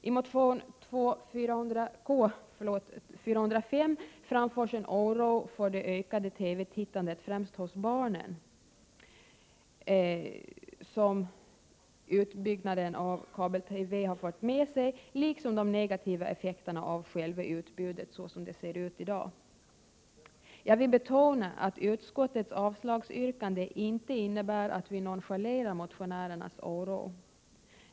I motion K405 framförs en oro för det ökade TV-tittandet, främst hos barnen, liksom de negativa effekterna av själva utbudet så som det ser ut i dag. Utbyggnaden av kabel-TV har ju fört med sig en ökning av TV tittandet. Jag vill betona att utskottets avslagsyrkande inte innebär att vi — Prot. 1987/88:47 nonchalerar motionärernas oro.